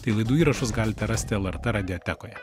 tai laidų įrašus galite rasti lrt radiotekoje